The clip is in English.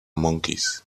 monkeys